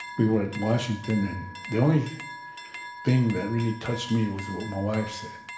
we were at washington, and the only thing that really touched me was what my wife said.